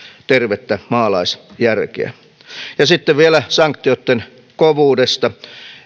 tervettä maalaisjärkeä sitten vielä sanktioitten kovuudesta